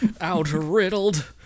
Out-riddled